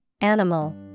animal